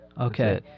Okay